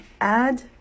Add